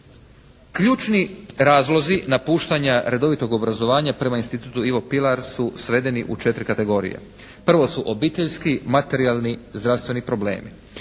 Ključni razlozi napuštanja redovitog obrazovanja prema Institutu "Ivo Pilar" su svedeni u 4 kategorije. Prvo su obiteljski, materijalni, zdravstveni problemi.